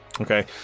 Okay